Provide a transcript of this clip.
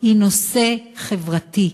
היא נושא חברתי,